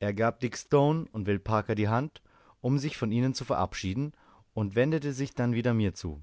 er gab dick stone und will parker die hand um sich von ihnen zu verabschieden und wendete sich dann mir wieder zu